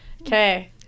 Okay